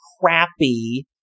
crappy